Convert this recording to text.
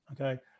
Okay